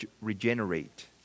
regenerate